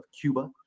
Cuba